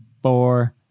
Four